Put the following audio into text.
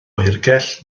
oergell